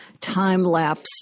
time-lapse